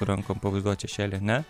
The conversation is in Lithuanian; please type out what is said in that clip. rankom pavaizduot šešėlį ane